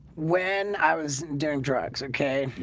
when i was doing drugs, okay,